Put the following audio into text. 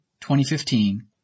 2015